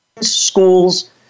schools